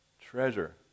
treasure